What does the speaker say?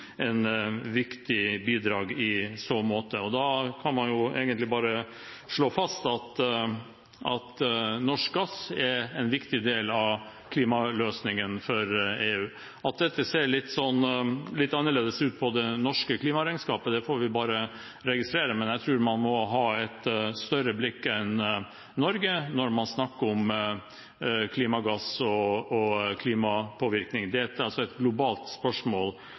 viktig bidrag. Og da kan man egentlig bare slå fast at norsk gass er en viktig del av klimaløsningen for EU. At dette ser litt annerledes ut i det norske klimaregnskapet, får vi bare registrere, men jeg tror man må ha et større blikk enn bare på Norge når man snakker om klimagasser og klimapåvirkning. Dette er altså et globalt spørsmål,